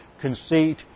conceit